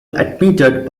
admitted